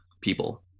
people